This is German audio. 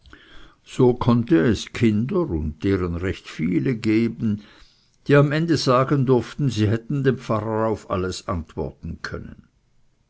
so konnte es kinder und deren recht viele geben die am ende sagen durften sie hätten dem pfarrer auf alles antworten können